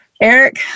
Eric